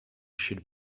should